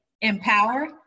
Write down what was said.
empower